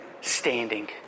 standing